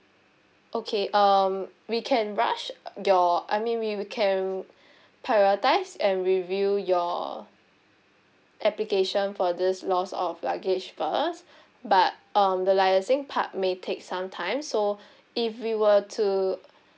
okay um we can rush your I mean we we can prioritise and review your application for this loss of luggage first but um the liaising part may take some time so if we were to